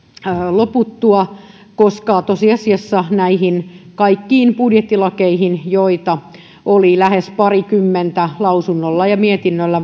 loputtua koska tosiasiassa näihin kaikkiin budjettilakeihin joita oli lähes parikymmentä lausunnolla ja mietinnöllä